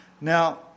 Now